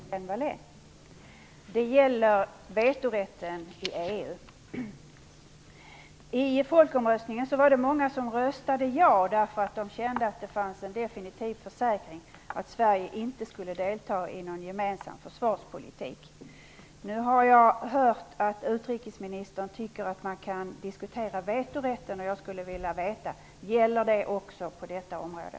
Fru talman! Jag skulle vilja ställa en fråga till utrikesminister Lena Hjelm-Wallén. Det gäller vetorätten i EU. I folkomröstningen var det många som röstade ja därför att de kände att det fanns en definitiv försäkran om att Sverige inte skulle delta i någon gemensam försvarspolitik. Jag har hört att utrikesministern tycker att man kan diskutera vetorätten. Jag skulle vilja veta om det gäller också på detta område.